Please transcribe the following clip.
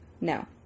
No